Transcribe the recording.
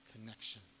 connection